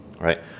right